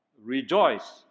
Rejoice